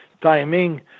timing